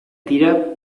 dira